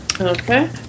Okay